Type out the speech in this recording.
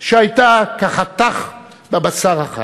שהייתה כחתך בבשר החי.